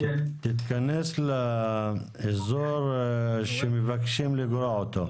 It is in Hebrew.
תתכנס לאזור שמבקשים לגרוע אותו,